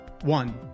one